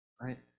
right